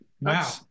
Wow